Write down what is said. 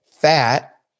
fat